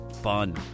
fun